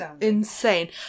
insane